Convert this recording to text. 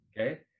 Okay